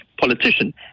politician